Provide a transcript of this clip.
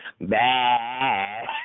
Bad